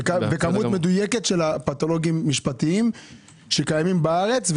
וכמות מדויקת של פתולוגים משפטיים שקיימים בארץ,